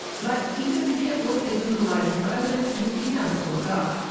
but even if you can't look into the horizon for evidence, you can look up.